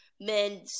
men